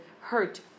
hurt